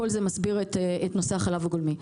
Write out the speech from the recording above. זה מסביר את נושא החלב הגולמי.